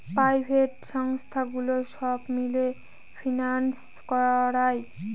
private সংস্থাগুলো সব মিলে ফিন্যান্স করায়